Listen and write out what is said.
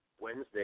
Wednesday